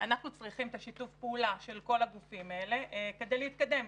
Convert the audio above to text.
אנחנו צריכים את שיתוף הפעולה של כל הגופים האלה כדי להתקדם.